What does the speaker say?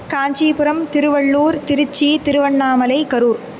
Kanchipuram Tiruvallur Tiruchi Tiruvannamalai Karur